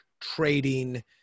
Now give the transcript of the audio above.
trading